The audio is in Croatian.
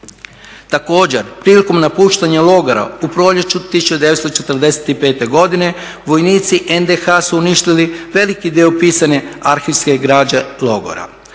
Također, prilikom napuštanja logora u proljeću 1945. godine vojnici NDH su uništili veliki dio upisane arhivske građe logora.